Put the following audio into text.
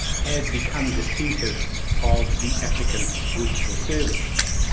has become distinctive of the applicant's goods or services,